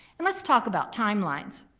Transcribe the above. and let's talk about timelines.